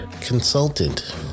consultant